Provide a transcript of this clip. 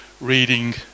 reading